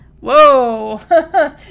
Whoa